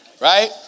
Right